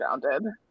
grounded